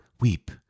weep